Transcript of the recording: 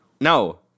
no